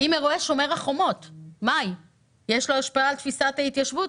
האם אירועי שומר החומות יש לו השפעה על תפיסת ההתיישבות,